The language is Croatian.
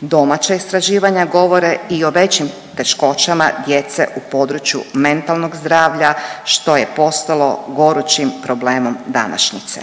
Domaća istraživanja govore i o većim teškoćama djece u području mentalnog zdravlja što je postalo gorućim problemom današnjice.